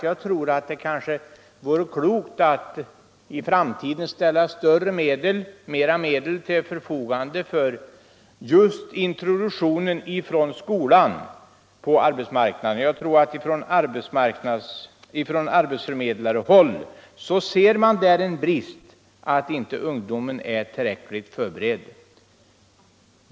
Jag tror att det vore klokt att i framtiden ställa mer medel till skolans förfogande just för introduktionen på arbetsmarknaden. Ifrån arbetsförmedlarhåll ser man en brist i att ungdomen inte är twllräckligt förberedd för denna.